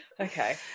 Okay